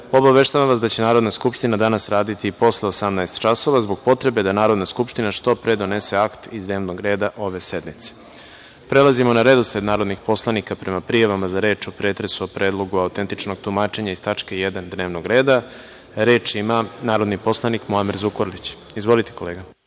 obaveštavam vas da će Narodna skupština raditi posle 18.00 časova, zbog potrebe da Narodna skupština što pre donese akt iz dnevnog reda ove sednice. Prelazimo na redosled narodnih poslanika, prema prijavama za reč o pretresu o Predlogu za autentično tumačenje iz tačke 1. dnevnog reda. Reč ima narodni poslanik Muamer Zukorlić. Izvolite.